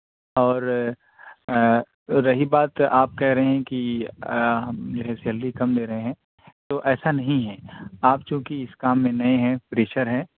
اور رہی بات آپ کہہ رہے ہیں کہ ہم جو ہے سیلری کم لے رہے ہیں تو ایسا نہیں ہے آپ چونکہ اس کام میں نئے ہیں پریشر ہے